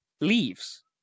leaves